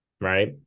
Right